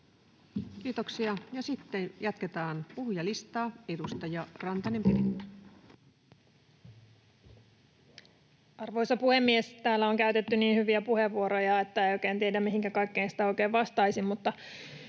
Kiitoksia. — Sitten jatketaan puhujalistaa. Edustaja Rantanen, Piritta. Arvoisa puhemies! Täällä on käytetty niin hyviä puheenvuoroja, että ei oikein tiedä, mihinkä kaikkeen sitä oikein vastaisi.